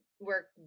work